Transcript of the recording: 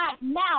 now